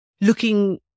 looking